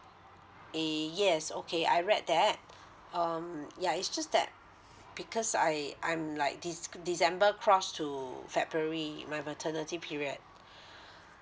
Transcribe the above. eh yes okay I read that um ya it's just that because I I'm like dec~ december cross to february my maternity period